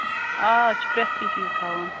آ أسۍ چھِ پرٛٮ۪تھ کیٚنہہ چیٖز تھاوان